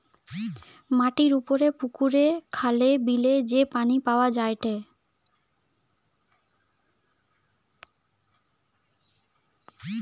মাটির উপরে পুকুরে, খালে, বিলে যে পানি পাওয়া যায়টে